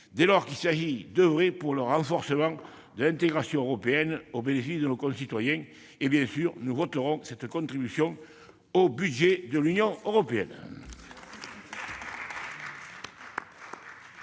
dès lors qu'il s'est agi d'oeuvrer pour le renforcement de l'intégration européenne au bénéfice de nos concitoyens. Nous voterons la contribution au budget de l'Union européenne